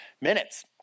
minutes